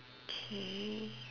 okay